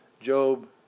Job